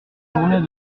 journée